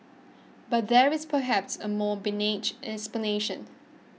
but there is perhaps a more benign explanation